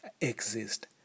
exist